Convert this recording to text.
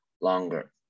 longer